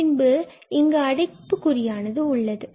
பின்பு நம்மிடம் இங்கு அடைப்பு குறியானது உள்ளது